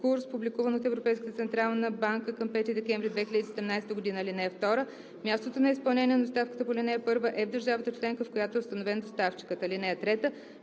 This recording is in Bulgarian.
курс, публикуван от Европейската централна банка към 5 декември 2017 г. (2) Мястото на изпълнение на доставката по ал. 1 е в държавата членка, в която е установен доставчикът. (3)